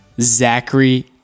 Zachary